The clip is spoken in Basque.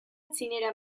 txinera